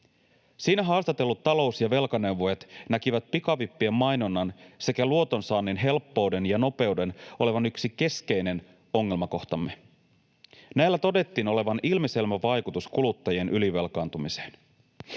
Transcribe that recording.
Siinä haastatellut talous- ja velkaneuvojat näkivät pikavippien mainonnan sekä luotonsaannin helppouden ja nopeuden olevan yksi keskeinen ongelmakohtamme. Näillä todettiin olevan ilmiselvä vaikutus kuluttajien ylivelkaantumiseen.